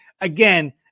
again